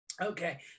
okay